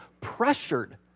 pressured